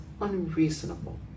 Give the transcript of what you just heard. unreasonable